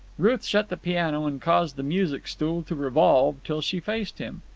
ruth shut the piano and caused the music-stool to revolve till she faced him.